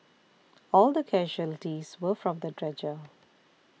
all the casualties were from the dredger